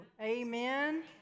Amen